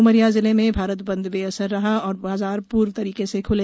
उमरिया जिले में भारत बंद बेअसर है और बाजार पूर्व की तरह ख्ले